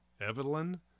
Evelyn